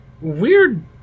weird